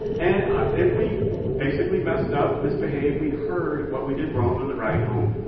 and if we basically messed up, misbehaved, we heard what we did wrong on the ride home.